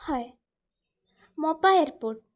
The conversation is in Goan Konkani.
मोपा एरपोर्ट